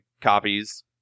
copies